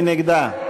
מי נגדה?